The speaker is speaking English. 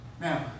Now